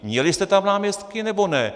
Měli jste tam náměstky, nebo ne?